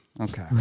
Okay